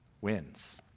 wins